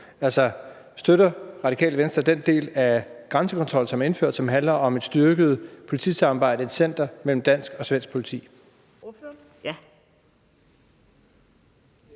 Altså, støtter Det Radikale Venstre den del af grænsekontrollen, som er indført, som handler om et styrket politisamarbejde mellem dansk og svensk politi